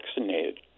vaccinated